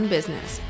Business